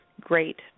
great